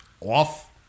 off